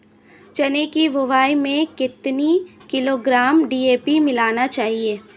चना की बुवाई में कितनी किलोग्राम डी.ए.पी मिलाना चाहिए?